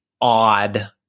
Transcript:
odd